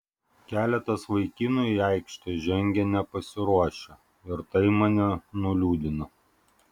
keletas vaikinų į aikštę žengę nepasiruošę ir tai mane nuliūdina